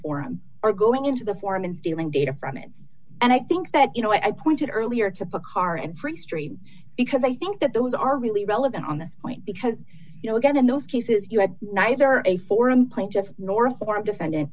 forum or going into the forum and stealing data from it and i think that you know i pointed earlier to paccar and freestream because i think that those are really relevant on this point because you know again in those cases you have neither a forum plaintiffs north or a defendant